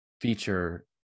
feature